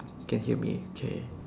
can hear me okay